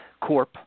Corp